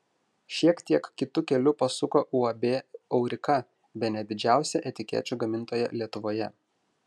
šiek tiek kitu keliu pasuko uab aurika bene didžiausia etikečių gamintoja lietuvoje